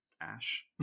Ash